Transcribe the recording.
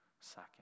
second